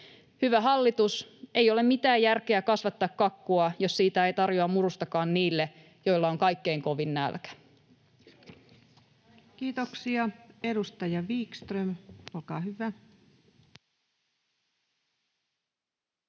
Hyvä hallitus, ei ole mitään järkeä kasvattaa kakkua, jos siitä ei tarjoa murustakaan niille, joilla on kaikkein kovin nälkä. [Speech 496] Speaker: Ensimmäinen